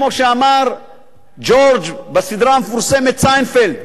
כמו שאמר ג'ורג' בסדרה המפורסמת "סיינפלד":